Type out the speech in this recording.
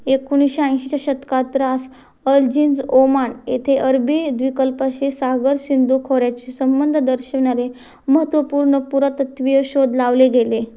एकोणीसशे ऐंशीच्या शतकात रास अल जिंझ ओमान येथे अरबी द्विकल्पाशी सागर सिंधू खोऱ्याचे संबंध दर्शविणारे महत्त्वपूर्ण पुरातत्वीय शोध लावले गेले